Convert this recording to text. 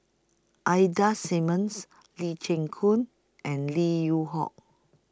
Ida Simmons Lee Chin Koon and Lim Yew Hock